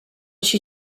she